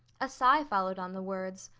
a sigh followed on the words.